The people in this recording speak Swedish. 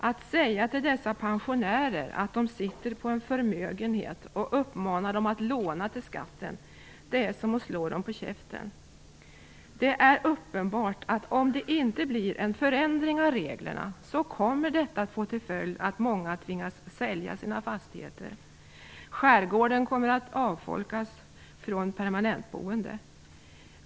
Att säga till dessa pensionärer att de sitter på en förmögenhet och uppmana dem att låna till skatten är som att slå dem på käften. Det är uppenbart att om det inte blir en förändring av reglerna kommer detta att få till följd att många tvingas sälja sina fastigheter. Skärgården kommer att avfolkas från permanentboende.